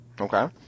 okay